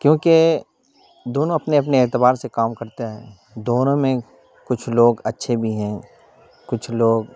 کیونکہ دونوں اپنے اپنے اعتبار سے کام کرتے ہیں دونوں میں کچھ لوگ اچھے بھی ہیں کچھ لوگ